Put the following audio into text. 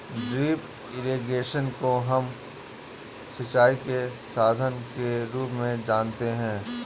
drip irrigation को हम सिंचाई के साधन के रूप में जानते है